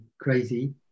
crazy